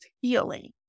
healing